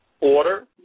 order